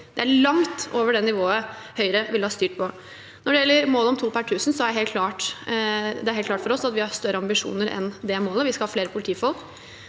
Det er langt over det nivået Høyre ville ha styrt på. Når det gjelder målet om to per tusen, er det helt klart for oss at vi har større ambisjoner enn det målet. Vi skal ha flere politifolk.